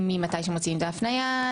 אם ממתי שמוציאים את ההפניה,